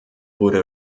wurde